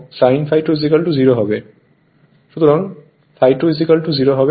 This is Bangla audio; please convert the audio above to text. সুতরাং ∅2 0 হবে